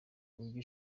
n’uburyo